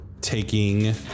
taking